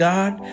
God